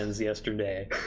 yesterday